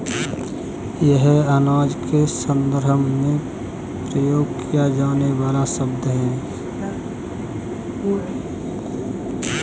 यह अनाज के संदर्भ में प्रयोग किया जाने वाला शब्द है